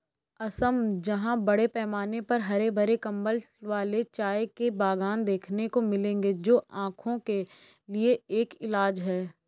असम जहां बड़े पैमाने पर हरे भरे कंबल वाले चाय के बागान देखने को मिलेंगे जो आंखों के लिए एक इलाज है